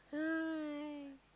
ah